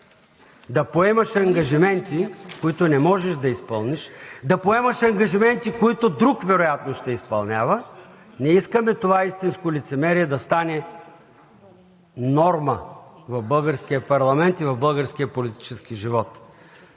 да поемаш ангажименти, които не можеш да изпълниш, да поемаш ангажименти, които друг вероятно ще изпълнява, не искаме това истинско лицемерие да стане норма в българския парламент и в българския политически живот.